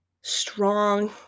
strong